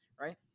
right